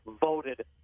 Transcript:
voted